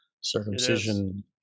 circumcision